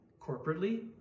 corporately